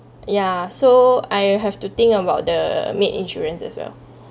ya so I have to think about the maid insurance as well